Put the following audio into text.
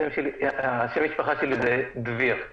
אני